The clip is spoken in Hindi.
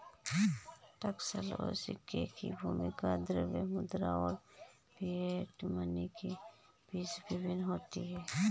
टकसाल और सिक्के की भूमिका द्रव्य मुद्रा और फिएट मनी के बीच भिन्न होती है